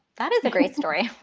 that is a great story.